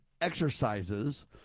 exercises